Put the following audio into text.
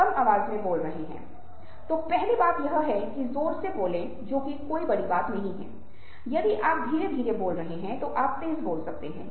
उदाहरण के लिए खुशी को हम रोमांचित और खुश कह सकते हैं यह खुशी हो सकती है यह शांत और खुश हो सकती है